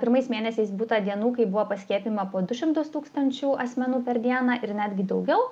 pirmais mėnesiais būta dienų kai buvo paskiepijama po du šimtus tūkstančių asmenų per dieną ir netgi daugiau